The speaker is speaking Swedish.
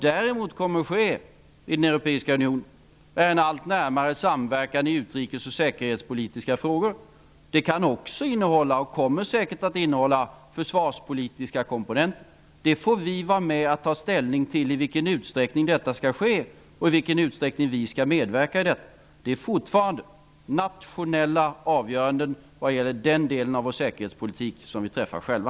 Däremot kommer det att ske en allt närmare samverkan i utrikes och säkerhetspolitiska frågor i den europeiska unionen. Denna samverkan kan också innehålla, och kommer säkert att innehålla, försvarspolitiska komponenter. Vi får vara med och ta ställning till i vilken utsträckning detta skall ske och i vilken utsträckning vi skall medverka i detta. När det gäller den delen av vår säkerhetspolitik är detta fortfarande nationella avgöranden som vi träffar själva.